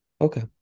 okay